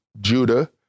Judah